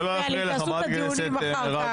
תעשו את הדיונים אחר כך.